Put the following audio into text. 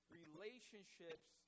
relationships